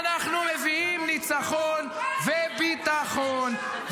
אנחנו מביאים ניצחון וביטחון,